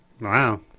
Wow